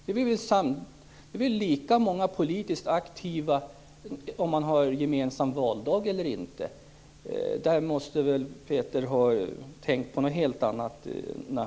Det är väl lika många politiskt aktiva om man har gemensam valdag eller inte. Där måste Peter Eriksson ha tänkt på någonting helt annat.